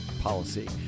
policy